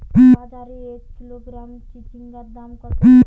বাজারে এক কিলোগ্রাম চিচিঙ্গার দাম কত হতে পারে?